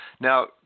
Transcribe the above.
Now